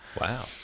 Wow